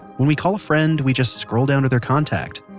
when we call a friend, we just scroll down to their contact.